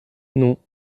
non